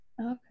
Okay